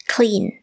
Clean